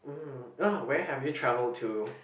mm ah where have you travelled to